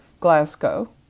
Glasgow